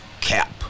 cap